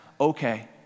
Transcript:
okay